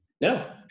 No